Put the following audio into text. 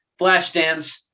Flashdance